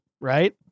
right